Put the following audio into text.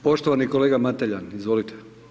Poštovani kolega Mateljan, izvolite.